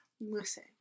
listen